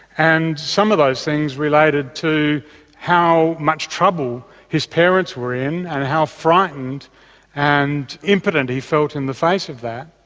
and some of those things related to how much trouble his parents were in and how frightened and impotent he felt in the face of that.